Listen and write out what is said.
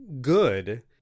good